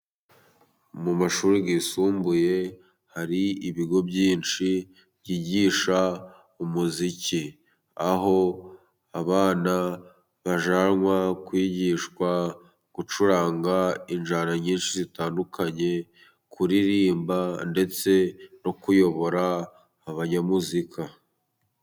Mu mashuri yisumbuye hari ibigo byinshi byigisha umuziki, aho abana bajyanwa kwigishwa gucuranga injyana nyinshi zitandukanye, kuririmba ndetse no kuyobora abanyamuzika.